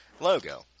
logo